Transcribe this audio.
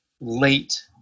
late